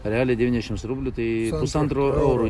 realiai devyniasdešimts rublių tai pusantro euro